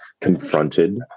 confronted